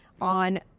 on